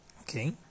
Okay